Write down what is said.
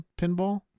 pinball